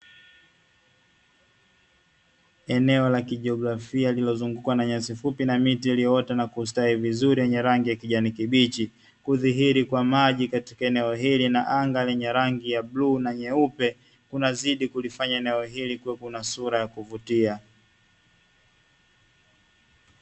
Eneo la kijiografia lililo zungukwa na nyasi fupi na miti iliyo ota na kustawi vizuri yenye rangi ya kijani kibichi, kudhiri kwa maji katika eneo hili na anga lenye rangi ya bluu na nyeupe, kunazidi kulifanya eneo hili kuwepo na sura ya kuvutia.